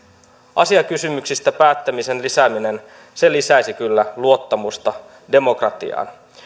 asiakysymyksistä päättämisen lisääminen lisäisi kyllä luottamusta demokratiaan